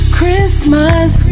Christmas